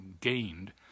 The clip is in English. gained